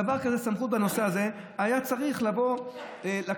בדבר כזה, סמכות בנושא הזה, היה צריך לבוא לכנסת.